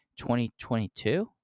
2022